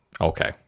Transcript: okay